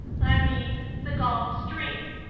i mean the gulf stream.